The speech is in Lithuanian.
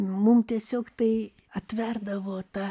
mum tiesiog tai atverdavo tą